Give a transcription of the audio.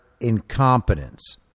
incompetence